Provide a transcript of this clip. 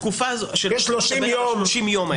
30 ימים.